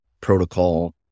protocol